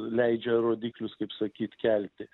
leidžia rodiklius kaip sakyt kelti